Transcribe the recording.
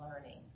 learning